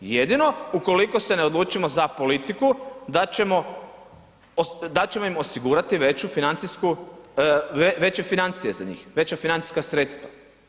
Jedino ukoliko se ne odlučimo za politiku da ćemo, da ćemo im osigurati veću financijsku, veće financije za njih, veća financijska sredstva.